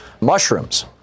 mushrooms